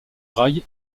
rail